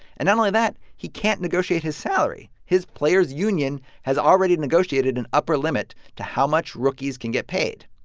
and not only that, he can't negotiate his salary. his players' union has already negotiated an upper limit to how much rookies can get paid.